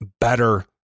better